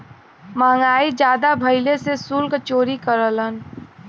महंगाई जादा भइले से सुल्क चोरी करेलन